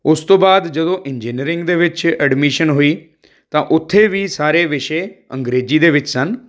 ਉਸ ਤੋਂ ਬਾਅਦ ਜਦੋਂ ਇੰਜੀਨੀਰਿੰਗ ਦੇ ਵਿੱਚ ਅਡਮਿਸ਼ਨ ਹੋਈ ਤਾਂ ਉੱਥੇ ਵੀ ਸਾਰੇ ਵਿਸ਼ੇ ਅੰਗਰੇਜ਼ੀ ਦੇ ਵਿੱਚ ਸਨ